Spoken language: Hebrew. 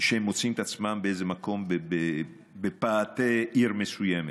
שהם מוצאים את עצמם באיזה מקום בפאתי עיר מסוימת.